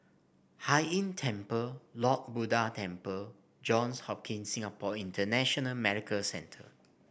Hai Inn Temple Lord Buddha Temple Johns Hopkins Singapore International Medical Centre